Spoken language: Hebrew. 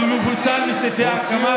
במפוצל מסעיפי הקמת